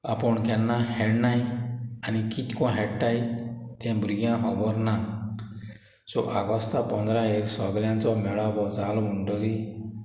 आपूण केन्ना हेडनाय आनी कितको हेडटाय तें भुरग्यांक होबोर ना सो आगोस्ता पोंदरायेर सोगळ्यांचो मेळावो जाल म्हुणटोरी